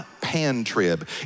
pan-trib